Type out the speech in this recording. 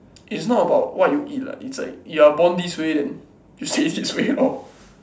it's not about what you eat lah it's like you are born this way then you stay this way lor